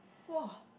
!wow!